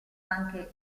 anche